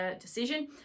decision